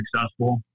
successful